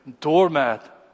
doormat